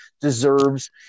deserves